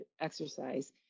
exercise